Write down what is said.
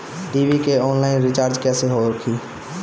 TV के online recharge कैसे होखी?